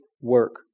work